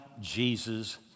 Jesus